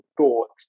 thoughts